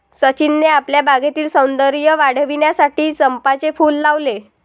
सचिनने आपल्या बागेतील सौंदर्य वाढविण्यासाठी चंपाचे फूल लावले